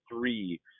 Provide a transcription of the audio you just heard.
three